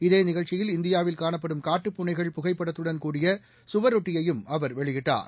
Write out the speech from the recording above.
இதே நிகழ்ச்சியில் இந்தியாவில் காணப்படும் காட்டுப் பூனைகள் புகைப்படத்துடன் கூடிய சுவரொட்டியையும் அவர் வெளியிட்டார்